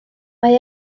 mae